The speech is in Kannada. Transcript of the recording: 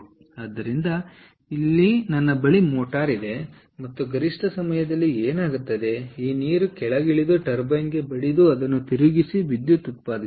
ಆದ್ದರಿಂದ ಇಲ್ಲಿ ನನ್ನ ಬಳಿ ಮೋಟಾರ್ ಇದೆ ಮತ್ತು ಗರಿಷ್ಠ ಸಮಯದಲ್ಲಿ ಏನಾಗುತ್ತದೆ ಈ ನೀರು ಕೆಳಗಿಳಿದು ಟರ್ಬೈನ್ಗೆ ಬಡಿದು ಅದನ್ನು ತಿರುಗಿಸಿ ವಿದ್ಯುತ್ ಉತ್ಪಾದಿಸುತ್ತದೆ